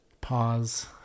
pause